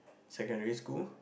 secondary school